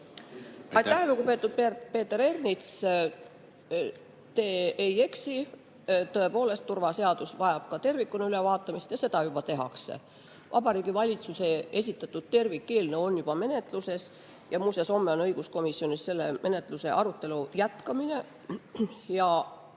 Aitäh, lugupeetud Peeter Ernits! Te ei eksi, tõepoolest, turvaseadus vajab tervikuna ülevaatamist ja seda juba tehakse. Vabariigi Valitsuse esitatud tervikeelnõu on juba menetluses. Ja muuseas, homme on õiguskomisjonis selle menetluse arutelu jätkamine.